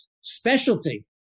specialty